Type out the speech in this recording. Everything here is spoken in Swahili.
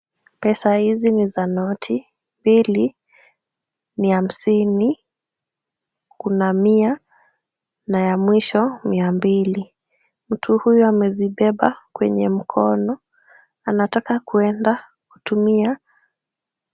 Pesa hizi ni za noti. Hili ni hamsini, kuna mia na ya mwisho mia mbili. Mtu huyu amezibeba kwenye mkono. Anataka kuenda kutumia.